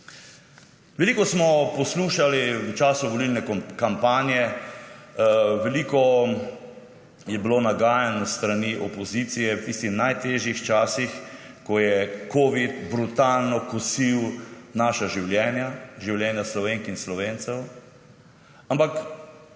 Veliko smo poslušali v času volilne kampanje, veliko je bilo nagajanj s strani opozicije v tistih najtežjih časih, ko je covid brutalno kosil naša življenja, življenja Slovenk in Slovencev. Ampak